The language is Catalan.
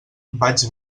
vaig